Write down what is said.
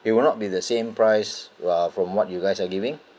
it'll not be the same price uh from what you guys are giving